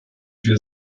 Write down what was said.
wir